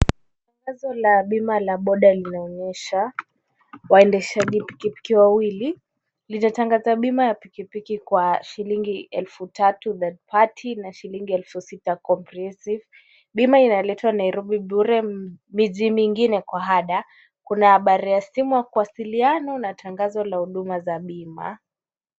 Tangazo la bima la boda linaonyesha. Waendeshaji pikipiki wawili lina tangaza bima ya pikipiki kwa shilingi elfu tatu na shilingi elfu sita comprehensive . Bima inaletwa Naiirobi bure miji mingine kwa hada, Kuna habari ya simu ya kuwasiliana na tangazo la huduma za bima.